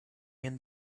end